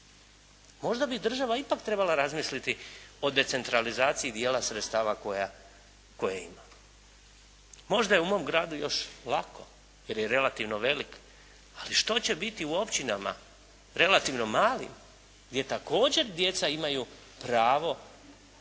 Možda bi država ipak trebala razmisliti o decentralizaciji dijela sredstava koje ima. Možda je u mom gradu još lako jer je relativno velik. Ali što će biti u općinama relativno malim gdje također djeca imaju pravo na